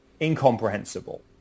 incomprehensible